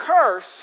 curse